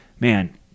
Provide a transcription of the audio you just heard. Man